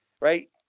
right